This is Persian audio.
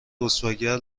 رسواگر